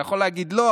אתה יכול להגיד לא,